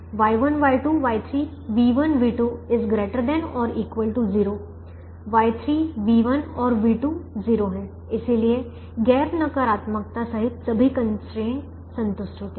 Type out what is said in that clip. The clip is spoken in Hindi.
Y1 Y2 Y3 v1 v2 ≥ 0 Y3 v1 और v2 0 हैं इसलिए गैर नकारात्मकता सहित सभी कंस्ट्रेंट संतुष्ट होते हैं